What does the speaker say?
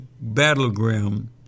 battleground